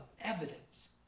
evidence